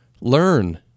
Learn